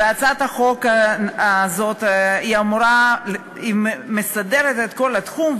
הצעת החוק הזאת מסדרת את כל התחום.